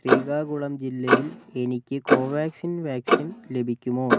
ശ്രീകാകുളം ജില്ലയിൽ എനിക്ക് കോവാക്സിൻ വാക്സിൻ ലഭിക്കുമോ